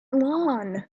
lawn